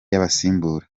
y’abasimbura